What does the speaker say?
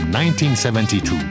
1972